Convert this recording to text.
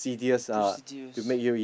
procedures